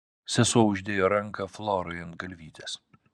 sesuo uždėjo ranką florai ant galvytės